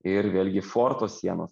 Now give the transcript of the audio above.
ir vėlgi forto sienos